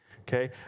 okay